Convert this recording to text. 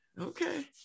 okay